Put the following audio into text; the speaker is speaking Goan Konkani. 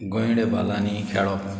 गोंयडे बालांनी खेळोप